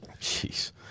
Jeez